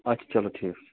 اچھا چلو ٹھیٖک چھُ